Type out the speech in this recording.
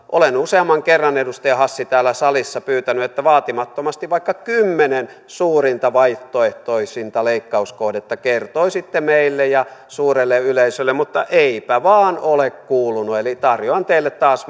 olen useamman kerran edustaja hassi täällä salissa pyytänyt että vaatimattomasti vaikka kymmenen suurinta vaihtoehtoista leikkauskohdetta kertoisitte meille ja suurelle yleisölle mutta eipä vain ole kuulunut eli tarjoan teille taas